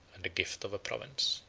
and the gift of a province.